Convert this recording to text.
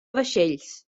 vaixells